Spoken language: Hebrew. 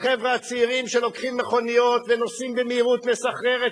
החבר'ה הצעירים שלוקחים מכוניות ונוסעים במהירות מסחררת,